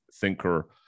thinker